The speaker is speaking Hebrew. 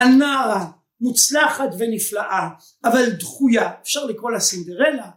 ‫הנערה, מוצלחת ונפלאה, ‫אבל דחויה, אפשר לקרוא לה סינדרלה.